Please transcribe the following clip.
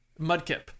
Mudkip